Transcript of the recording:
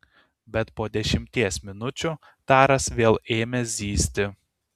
bet po dešimties minučių taras vėl ėmė zyzti